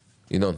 ינון,